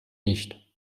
nicht